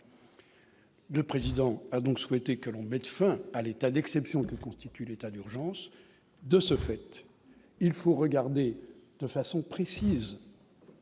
2 présidents a donc souhaité que l'on mette fin à l'état d'exception que constitue l'état d'urgence, de ce fait, il faut regarder de façon précise.